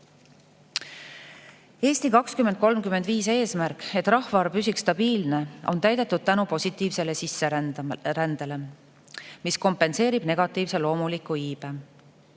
"Eesti 2035" eesmärk, et rahvaarv püsiks stabiilne, on täidetud tänu positiivsele sisserändele, mis kompenseerib negatiivse loomuliku iibe.